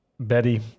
Betty